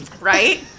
Right